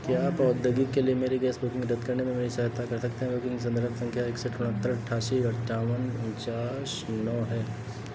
क्या आप औद्योगिक के लिए मेरी गैस बुकिंग रद्द करने में मेरी सहायता कर सकते हैं बुकिंग संदर्भ संख्या इकसठ उनहत्तर अठासी अठ्ठावन उनचास नौ है